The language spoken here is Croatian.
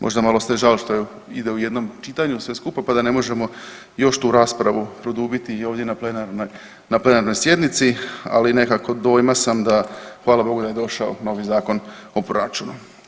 Možda malo ste žao što ide u jednom čitanju sve skupa, pa da ne možemo još tu raspravu produbiti i ovdje na plenarnoj, na plenarnoj sjednici, ali nekako dojma sam da hvala Bogu da je došao novi Zakon o proračunu.